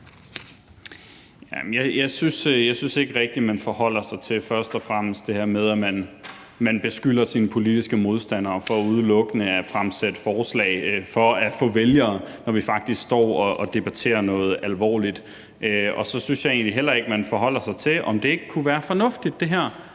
og fremmest ikke rigtig, man forholder sig til det her med, at man beskylder sine politiske modstandere for udelukkende at fremsætte forslag for at få vælgere, når vi faktisk står og debatterer noget alvorligt. Og så synes jeg egentlig heller ikke, at man forholder sig til, om ikke det her kunne være fornuftigt.